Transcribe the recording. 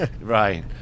right